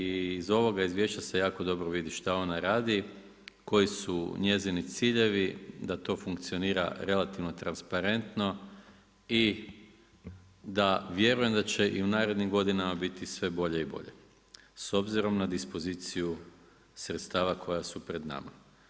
I iz ovog izvješća se jako dobro vidi šta ona radi, koji su njezini ciljevi da to funkcionira relativno transparentno i da vjerujem da će i u narednim godinama biti sve bolje i bolje s obzirom na dispoziciju sredstava koja su pred nama.